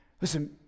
Listen